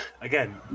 again